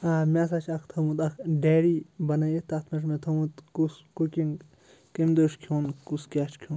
آ مےٚ ہَسا چھُ اَکھ تھٲومُت اَکھ ڈیری بَنٲیِتھ تَتھ منٛز چھُ مےٚ تھٲومُت کُس کُکِنٛگ کمہِ دۄہ چھُ کھیٚون کُس کیٛاہ چھُ کھیٚون